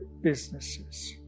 businesses